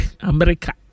America